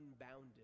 unbounded